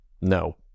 No